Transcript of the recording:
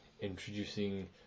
introducing